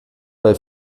bei